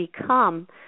become